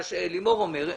מה שלימור אומרת,